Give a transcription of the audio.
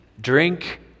drink